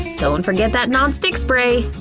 don't forget that non-stick spray!